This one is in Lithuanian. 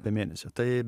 apie mėnesio tai